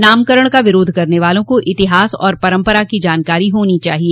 नामकरण का विरोध करने वालों को इतिहास और परम्परा की जानकारी होनी चाहिए